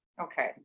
okay